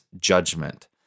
judgment